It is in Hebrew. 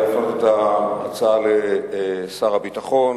אני מציע להפנות את ההצעה לשר הביטחון.